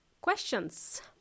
questions